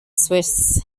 swiss